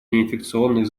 неинфекционных